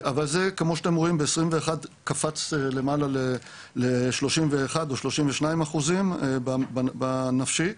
אבל זה ב-2021 קפץ למעלה ל-31%-32% אחוזים בנפשי.